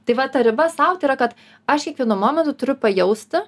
tai va ta riba sau tai yra kad aš kiekvienu momentu turiu pajausti